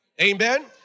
Amen